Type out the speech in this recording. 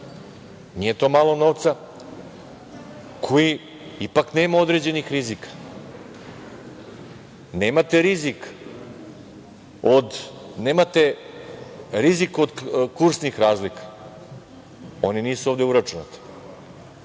nije to malo novca, koji ipak nema određenih rizika. Nemate rizik od kursnih razlika, oni nisu ovde uračunati.